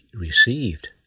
received